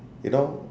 you know